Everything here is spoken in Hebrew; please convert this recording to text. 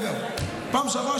בפעם שעברה,